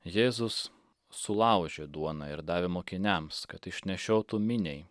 jėzus sulaužė duoną ir davė mokiniams kad išnešiotų miniai